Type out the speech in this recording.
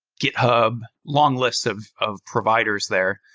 github. long list of of providers there.